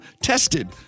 tested